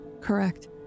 Correct